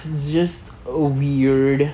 it's just err weird